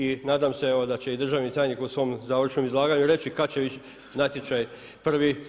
I nadam se evo da će i državni tajnik u svom završnom izlaganju reći kad će ići natječaj prvi.